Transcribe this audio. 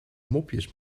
mopjes